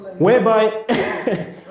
Whereby